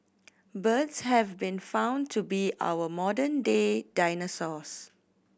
birds have been found to be our modern day dinosaurs